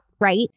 right